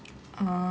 ya